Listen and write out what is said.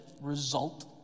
result